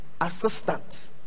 assistant